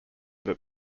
that